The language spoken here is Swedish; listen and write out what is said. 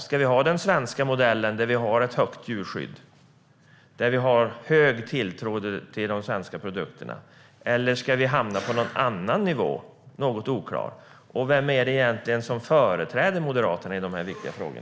Ska vi ha den svenska modellen där vi har ett starkt djurskydd och stor tilltro till de svenska produkterna, eller ska vi hamna på en annan, något oklar, nivå? Och vem är det egentligen som företräder Moderaterna i dessa viktiga frågor?